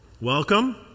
welcome